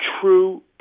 true